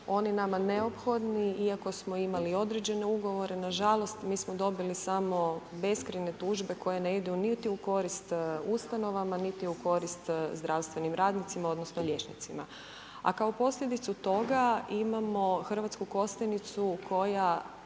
oni nama neophodni i ako smo imali određene ugovore, nažalost mi smo dobili samo beskrajne tužbe koje ne idu niti u korist ustanovama, niti u korist zdravstvenim radnicima, odnosno liječnicima. A kao posljedicu toga imamo Hrvatsku Kostajnicu koja